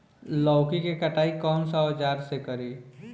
लौकी के कटाई कौन सा औजार से करी?